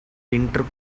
winter